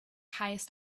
highest